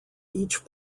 each